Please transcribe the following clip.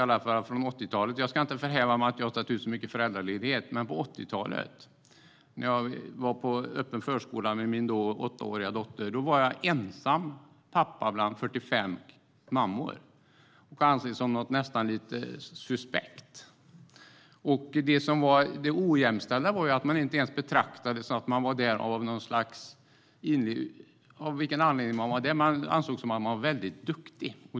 Jag ska inte förhäva mig och säga att jag har tagit ut så mycket föräldraledighet, men när jag på 1980-talet var på öppna förskolan med min dotter var jag ensam pappa bland 45 mammor. Det sågs som nästan lite suspekt. Det ojämställda var att man inte såg anledningen till att jag var där, utan jag ansågs vara väldigt duktig.